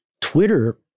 Twitter